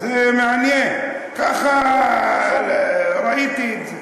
זה מעניין, ככה ראיתי את זה.